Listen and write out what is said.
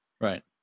Right